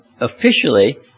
officially